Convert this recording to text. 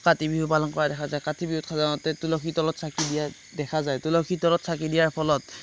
কাতি বিহু পালন কৰা দেখা যায় কাতি বিহুত সাধাৰণতে তুলসী তলত চাকি দিয়া দেখা যায় তুলসী তলত চাকি দিয়াৰ ফলত